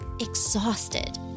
exhausted